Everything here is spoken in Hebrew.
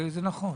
זה נכון.